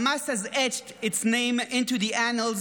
Hamas has etched its name into the annals